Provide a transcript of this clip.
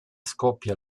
scoppia